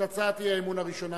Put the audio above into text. את הצעת האי-אמון הראשונה,